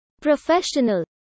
professional